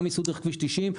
גם ייסעו דרך כביש 90,